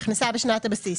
"הכנסה בשנת הבסיס"